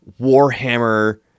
Warhammer